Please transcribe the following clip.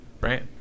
right